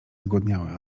zgłodniałe